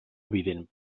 evident